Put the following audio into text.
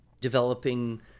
developing